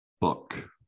book